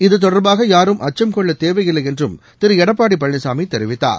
இத்தொடர்பாக யாரும் அச்சம் கொள்ளத்தேவையில்லை என்றும் திரு எடப்பாடி பழனிசாமி தெரிவித்தார்